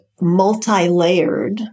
multi-layered